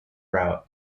route